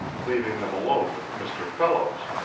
leaving them alone with mr. fellows.